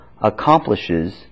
accomplishes